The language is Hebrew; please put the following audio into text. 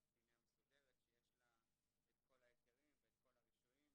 בפנימייה מסודרת שיש לה את כל ההיתרים ואת כל הרישויים.